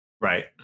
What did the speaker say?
Right